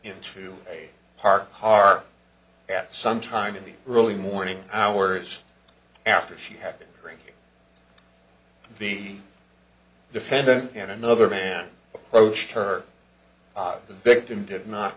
into a parked car at sometime in the early morning hours after she had been drinking the defendant and another man approached her the victim did not